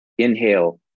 Inhale